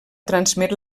transmet